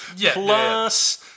Plus